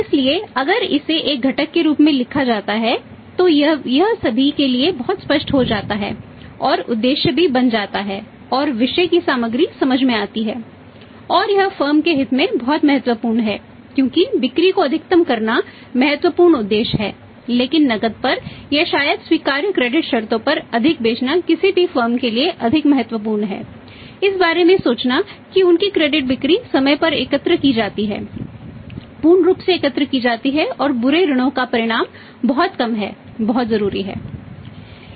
इसलिए अगर इसे एक घटक के रूप में लिखा जाता है तो यह सभी के लिए बहुत स्पष्ट हो जाता है और उद्देश्य भी बन जाता है और विषय की सामग्री समझ में आती है और यह फर्म बिक्री समय पर एकत्र की जाती है पूर्ण रूप से एकत्र की जाती है और बुरे ऋणों का परिमाण बहुत कम हैबहुत जरूरी है